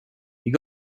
you